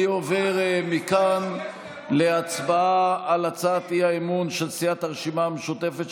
אני עובר מכאן להצבעה על הצעת האי-אמון של סיעת הרשימה המשותפת,